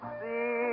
see